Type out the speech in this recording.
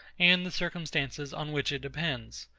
and the circumstances on which it depends.